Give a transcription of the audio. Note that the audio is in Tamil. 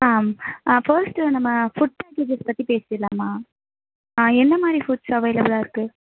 ஆ ஃபஸ்ட்டு நம்ம ஃபுட் பேக்கேஜஸ் பற்றி பேசிடலாமா ஆ என்ன மாதிரி ஃபுட்ஸ் அவைளபுலாக இருக்குது